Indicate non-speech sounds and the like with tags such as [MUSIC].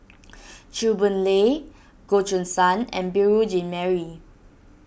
[NOISE] Chew Boon Lay Goh Choo San and Beurel Jean Marie